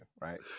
right